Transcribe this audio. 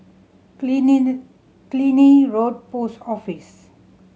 Killiney Killiney Road Post Office